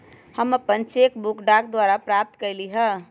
हम अपन cheque book डाक द्वारा प्राप्त कईली ह